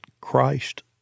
Christ